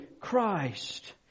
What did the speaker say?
Christ